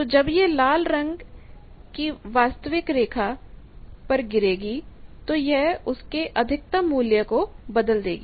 तो जब यह लाल चीज वास्तविक रेखा पर गिरेगी तो यह उसके अधिकतम मूल्य को बदल देगी